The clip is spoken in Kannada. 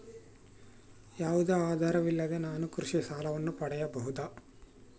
ಯಾವುದೇ ಆಧಾರವಿಲ್ಲದೆ ನಾನು ಕೃಷಿ ಸಾಲವನ್ನು ಪಡೆಯಬಹುದಾ?